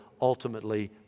ultimately